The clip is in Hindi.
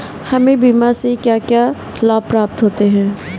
हमें बीमा से क्या क्या लाभ प्राप्त होते हैं?